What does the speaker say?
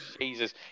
Jesus